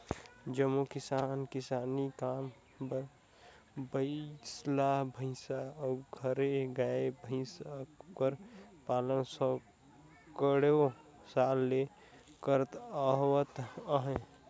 जम्मो किसान किसानी काम बर बइला, भंइसा अउ घरे गाय, भंइस कर पालन सैकड़ों साल ले करत आवत अहें